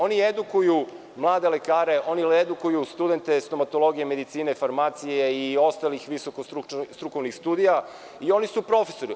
Oni edukuju mlade lekare, oni edukuju studente stomatologije, medicine, farmacije i ostalih visokostrukovnih studija i oni su profesori.